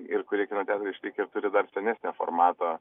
ir kurie kino teatrai išlikę ir turi dar senesnio formato